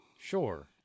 Sure